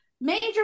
major